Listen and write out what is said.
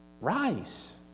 rice